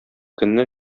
көнне